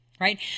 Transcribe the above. Right